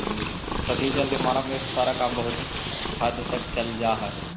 सतही जल से मानव के सारा काम बहुत हद तक चल जा हई